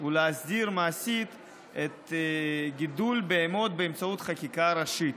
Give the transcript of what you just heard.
ולהסדיר מעשית גידול בהמות באמצעות חקיקה ראשית.